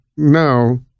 No